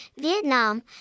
vietnam